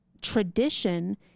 tradition